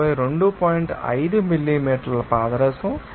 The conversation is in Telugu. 5 మిల్లీమీటర్ పాదరసం